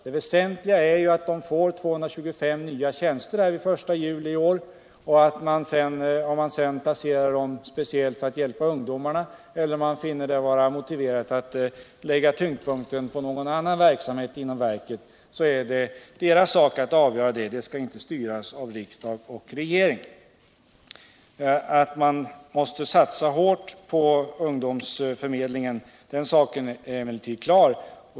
Det väsentliga är att man får 225 nya tjänster den I juli i år - om man sedan skall använda dem speciellt för att hjälpa ungdomar eller vill lägga tyngdpunkten på någon annan verksamhet inom verket är verkets sak att avgöra: det skall inte styras av riksdag och regering. Att man måste satsa hårt på ungdomsförmedlingen är emellerud klart.